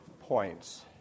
points